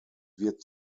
wird